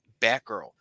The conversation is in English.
Batgirl